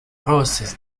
roces